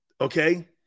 Okay